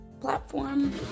platform